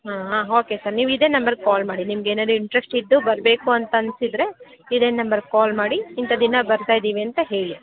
ಹಾಂ ಹಾಂ okay sir ನೀವಿದೆ ನಂಬರ್ಗೆ ಕಾಲ್ ಮಾಡಿ ನಿಮಗೇನಾದ್ರು ಇಂಟ್ರೆಸ್ಟ್ ಇದ್ದು ಬರಬೇಕು ಅಂತನಿಸಿದ್ರೆ ಇದೇ ನಂಬರ್ಗೆ ಕಾಲ್ ಮಾಡಿ ಇಂಥ ದಿನ ಬರ್ತಾಯಿದ್ದೀವಿ ಅಂತ ಹೇಳಿ